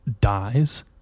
dies